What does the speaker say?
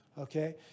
okay